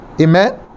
Amen